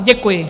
Děkuji.